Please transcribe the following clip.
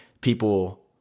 People